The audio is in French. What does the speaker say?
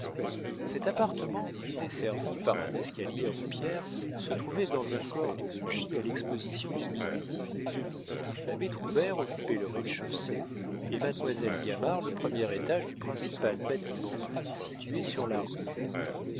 cet appartement desservi par un escalier en pierre se trouvait dans un corps de logis à l'exposition du midi l'abbé troubert occupait le rez-de-chaussée et mademoiselle gamard le premier étage du principal bâtiment situé sur la rue